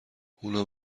اونا